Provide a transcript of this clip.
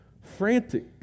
frantic